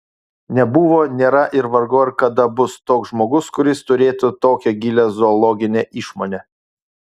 nebuvo nėra ir vargu ar kada bus toks žmogus kuris turėtų tokią gilią zoologinę išmonę